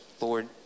Lord